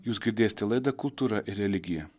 jūs girdėsite laidą kultūra religija